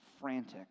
frantic